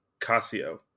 Casio